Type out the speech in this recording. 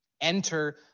enter